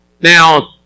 Now